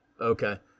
Okay